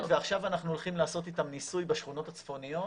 וזה עובד ועכשיו אנחנו הולכים לעשות איתם ניסוי בשכונות הצפוניות,